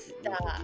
stop